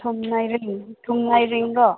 ꯊꯨꯡꯉꯥꯏꯔꯤꯡꯔꯣ